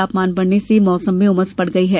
तापमान बढ़ने से मौसम में उमस बढ़ गई है